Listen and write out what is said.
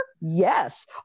Yes